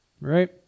right